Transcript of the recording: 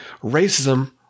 racism